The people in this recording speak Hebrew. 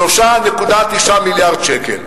3.9 מיליארד שקל.